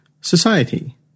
society